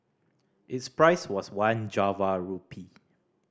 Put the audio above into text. its price was one Java rupee